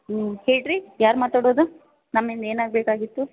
ಹ್ಞೂ ಹೇಳಿ ರೀ ಯಾರು ಮಾತಾಡೋದು ನಮ್ಮಿಂದ ಏನಾಗಬೇಕಾಗಿತ್ತು